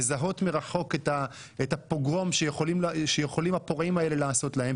מזהות מרחוק את הפוגרום שיכולים הפורעים האלה לעשות להן,